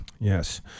Yes